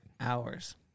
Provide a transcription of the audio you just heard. Hours